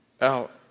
out